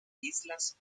islas